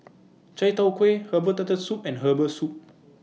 Chai Tow Kuay Herbal Turtle Soup and Herbal Soup